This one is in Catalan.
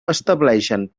estableixen